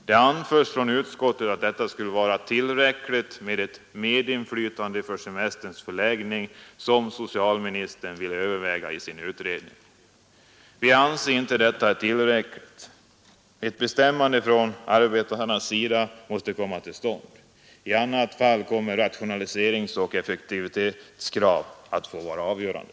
Det anförs från utskottet att socialministern i sin utredning vill överväga ett medinflytande om semesterns förläggning och att detta skulle vara tillräckligt. Vi anser inte detta vara tillräckligt. Arbetarna måste få bestämma detta. I annat fall kommer rationaliseringsoch effektivitetskrav att vara avgörande.